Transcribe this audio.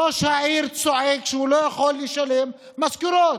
ראש העיר צועק שהוא לא יכול לשלם משכורות,